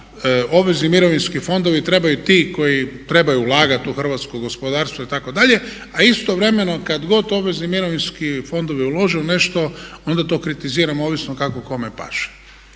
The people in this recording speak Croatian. obvezni mirovinski fondovi trebaju ti koji trebaju ulagati u hrvatsko gospodarstvo itd. a istovremeno kad god obvezni mirovinski fondovi ulože u nešto onda to kritiziramo ovisno kako kome paše.